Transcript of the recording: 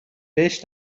بهش